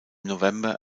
november